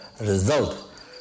result